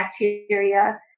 bacteria